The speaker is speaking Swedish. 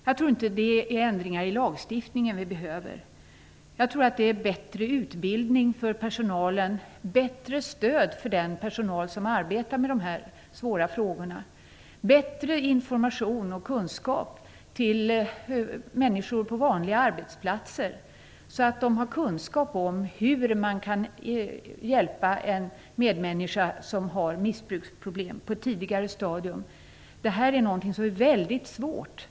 Jag tror inte att det är ändringar i lagstiftningen vi behöver, utan bättre utbildning för personalen, bättre stöd för den personal som arbetar med de här svåra frågorna och bättre information till människor på vanliga arbetsplatser så att de har kunskap om hur man kan hjälpa en medmänniska som har missbruksproblem på ett tidigare stadium. Det här är någonting som är väldigt svårt.